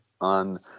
on